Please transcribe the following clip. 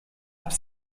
habe